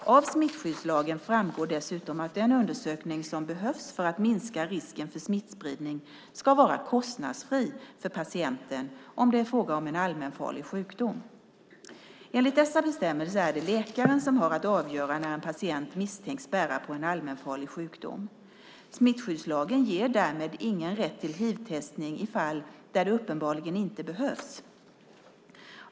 Av smittskyddslagen framgår dessutom att den undersökning som behövs för att minska risken för smittspridning ska vara kostnadsfri för patienten om det är fråga om en allmänfarlig sjukdom. Enligt dessa bestämmelser är det läkaren som har att avgöra när en patient misstänks bära på en allmänfarlig sjukdom. Smittskyddslagen ger därmed ingen rätt till hivtestning i fall där det uppenbarligen inte behövs.